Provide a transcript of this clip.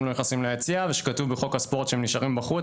לא נכנסים ליציע ושכתוב בחוק הספורט שהם נשארים בחוץ,